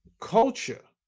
culture